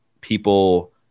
people